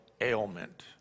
ailment